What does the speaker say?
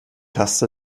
taste